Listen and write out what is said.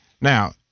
Now